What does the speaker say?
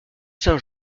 saint